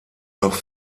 noch